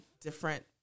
different